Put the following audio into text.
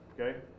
okay